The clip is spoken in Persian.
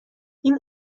این